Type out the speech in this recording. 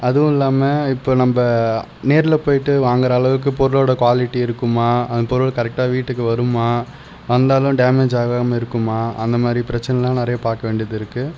அதுவும் இல்லாமல் இப்போ நம்ம நேரில் போய்விட்டு வாங்கிற அளவுக்கு பொருளோடய குவாலிட்டி இருக்குமா பொருள் கரெக்டாக வீட்டுக்கு வருமா வந்தாலும் டேமேஜ் ஆகாமல் இருக்குமா அந்த மாதிரி பிரச்சினையெல்லாம் நிறைய பார்க்க வேண்டியது இருக்குது